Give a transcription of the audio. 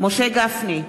משה גפני,